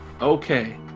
Okay